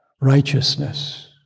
righteousness